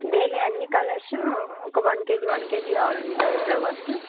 daily అన్ని colours ఒక one kg one kg కావాలండి అన్ని ఫ్లవర్సు